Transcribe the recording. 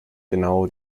genau